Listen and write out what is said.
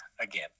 again